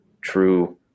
true